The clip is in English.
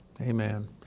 Amen